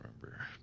remember